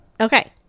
okay